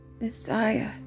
Messiah